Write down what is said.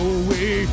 away